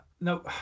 no